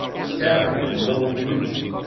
scattered in little groups,